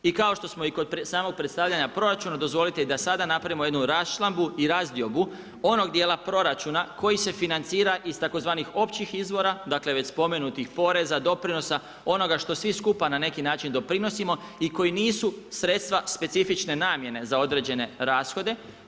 I kao što smo kod samog predstavljanja proračuna, dozvolite da i sada napravimo jednu raščlambu i razdiobu onog dijela proračuna, koji se financira iz tzv. općih izvora, dakle, već spomenutih poreza, doprinosa, onoga što svi skupa na neki način doprinosimo i koji nisu sredstva specifične namjene za određene rashode.